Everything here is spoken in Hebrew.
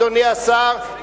אדוני השר,